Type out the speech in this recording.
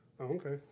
okay